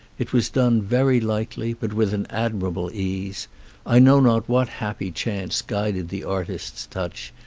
it was done very lightly, but with an admirable ease i know not what happy chance guided the artist's touch,